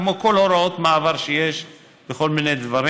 כמו כל הוראות המעבר שיש בכל מיני דברים.